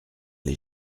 les